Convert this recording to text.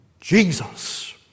Jesus